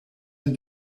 and